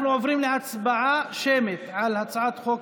הצעת החוק